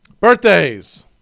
birthdays